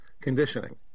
conditioning